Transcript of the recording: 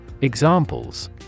Examples